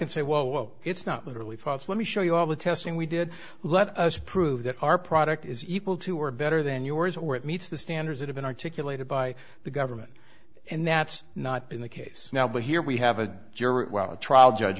and say well it's not literally false let me show you all the testing we did let us prove that our product is equal to or better than yours where it meets the standards that have been articulated by the government and that's not been the case now but here we have a jury trial judge